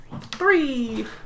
Three